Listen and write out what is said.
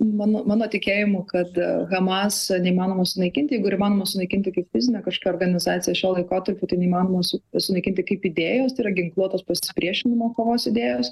mano mano tikėjimu kad hamas neįmanoma sunaikinti jeigu ir įmanoma sunaikinti kaip fizinę kažkokią organizaciją šiuo laikotarpiu tai neįmanoma su sunaikinti kaip idėjos tai yra ginkluotos pasipriešinimo kovos idėjos